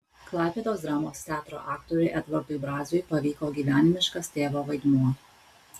klaipėdos dramos teatro aktoriui edvardui braziui pavyko gyvenimiškas tėvo vaidmuo